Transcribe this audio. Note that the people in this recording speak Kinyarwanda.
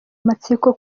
amatsiko